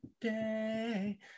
day